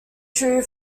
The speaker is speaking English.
true